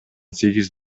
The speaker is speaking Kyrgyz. сегиз